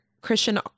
Christian